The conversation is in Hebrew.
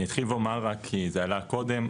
אני אתחיל ואומר רק כי זה עלה קודם,